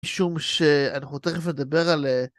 משום שאנחנו תכף נדבר על...